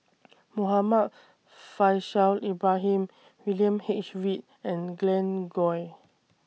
Muhammad Faishal Ibrahim William H Read and Glen Goei